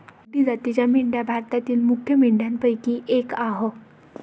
गड्डी जातीच्या मेंढ्या भारतातील मुख्य मेंढ्यांपैकी एक आह